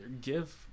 give